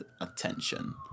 attention